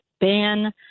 ban